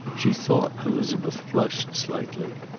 she thought elizabeth flushed slightly.